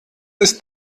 ist